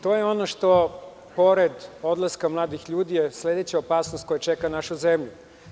To je ono što pored odlaska mladih ljudi je sledeća opasnost koja čeka našu zemlju.